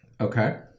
Okay